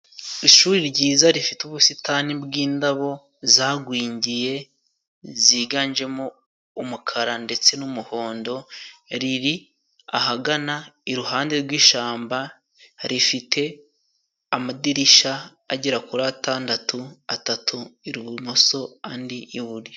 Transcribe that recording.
Ishuri ryiza rifite ubusitani bw'indabo zagwingiye, ziganjemo umukara ndetse n'umuhondo. Riri ahagana iruhande rw'ishamba; rifite amadirisha agera kuri atandatu, atatu ibumoso andi iburyo.